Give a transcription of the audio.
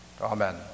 Amen